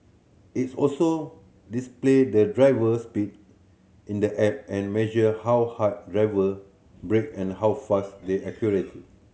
it's also display the driver's speed in the app and measure how hard driver brake and how fast they accelerate